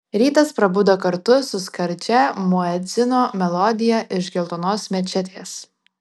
rytas prabudo kartu su skardžia muedzino melodija iš geltonos mečetės